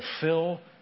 fulfill